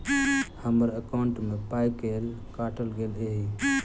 हम्मर एकॉउन्ट मे पाई केल काटल गेल एहि